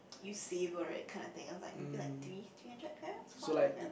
you savour it kinda thing I was like maybe like three three hundred grams four hundred grams